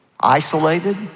Isolated